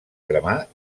cremar